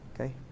okay